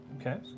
Okay